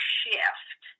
shift